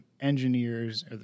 engineers